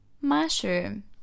Mushroom